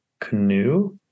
canoe